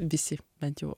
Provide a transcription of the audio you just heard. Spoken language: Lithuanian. visi bent jau